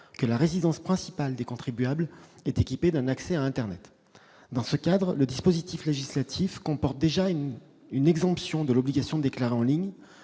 que la résidence principale des contribuables est équipée d'un accès à internet. Dans ce cadre, le dispositif législatif comporte déjà une exemption de l'obligation de déclarer en ligne